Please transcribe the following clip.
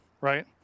right